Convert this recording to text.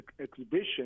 exhibition